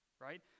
right